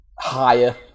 Higher